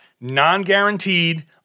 non-guaranteed